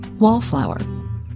Wallflower